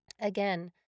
Again